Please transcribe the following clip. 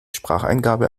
spracheingabe